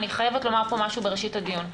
אני חייבת לומר פה משהו בראשית הדיון.